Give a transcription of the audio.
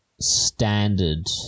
standard